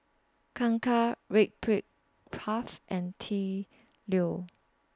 Kangkar Red Brick Path and T Leo